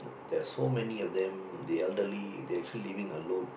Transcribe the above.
there are so many of them the elderly they actually living alone